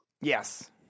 Yes